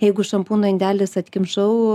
jeigu šampūno indelis atkimšau